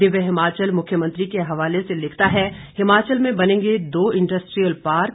दिव्य हिमाचल मुख्यमंत्री के हवाले से लिखता है हिमाचल में बनेंगे दो इंडस्ट्रियल पार्क